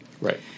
Right